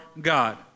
God